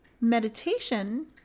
Meditation